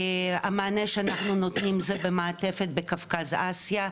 המענה שאנחנו נותנים זה במעטפת בקו אסיה,